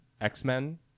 x-men